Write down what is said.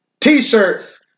t-shirts